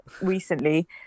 recently